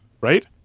right